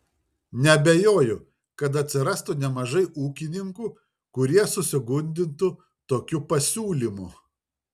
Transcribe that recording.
neabejoju kad atsirastų nemažai ūkininkų kurie susigundytų tokiu pasiūlymu